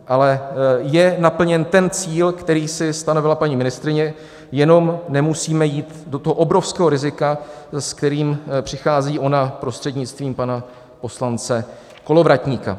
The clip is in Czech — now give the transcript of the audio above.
Ale je naplněn ten cíl, který si stanovila paní ministryně, jenom nemusíme jít do toho obrovského rizika, s kterým přichází ona prostřednictvím pana poslance Kolovratníka.